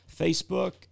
facebook